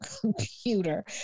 computer